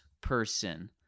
person